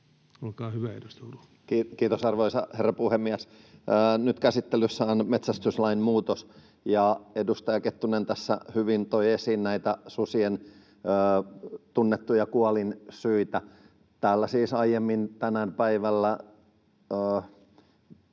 Time: 01:10 Content: Kiitos, arvoisa herra puhemies! Nyt käsittelyssä on metsästyslain muutos, ja edustaja Kettunen tässä hyvin toi esiin näitä susien tunnettuja kuolinsyitä. Täällä siis aiemmin tänään päivällä